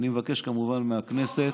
אני מבקש כמובן מהכנסת,